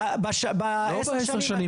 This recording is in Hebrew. לא בעשר שנים.